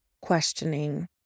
questioning